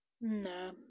no